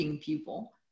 people